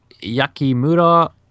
Yakimura